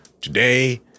Today